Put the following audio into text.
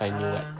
find you [what]